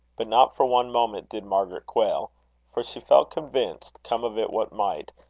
but not for one moment did margaret quail for she felt convinced, come of it what might,